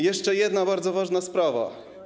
Jeszcze jedna bardzo ważna sprawa.